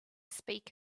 speak